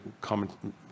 comment